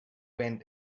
went